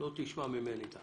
לא תשמע ממני טענות.